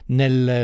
nel